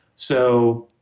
so,